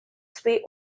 sway